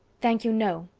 thank you, no,